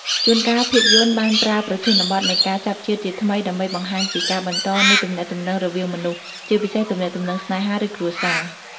ជួនកាល ភាពយន្តបានប្រើប្រធានបទនៃការចាប់ជាតិជាថ្មីដើម្បីបង្ហាញពីការបន្តនៃទំនាក់ទំនងរវាងមនុស្ស ជាពិសេសទំនាក់ទំនងស្នេហា ឬគ្រួសារ។